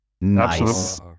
Nice